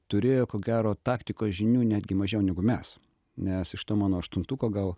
turėjo ko gero taktikos žinių netgi mažiau negu mes nes iš to mano aštuntuko gal